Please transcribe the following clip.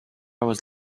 was